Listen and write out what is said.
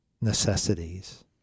necessities